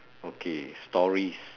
okay stories